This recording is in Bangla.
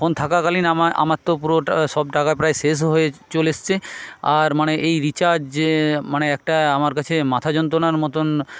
ফোন থাকাকালীন আমা আমার তো পুরোটা সব টাকা প্রায় শেষও হয়ে চলে এসছে আর মানে এই রিচার্জ যে মানে একটা আমার কাছে মাথা যন্ত্রণার মতন